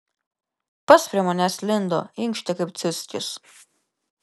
pats prie manęs lindo inkštė kaip ciuckis